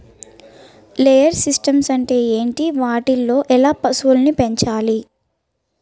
Layer systems అంటే ఏంటి? వాటిలో ఎలా పశువులను పెంచాలి?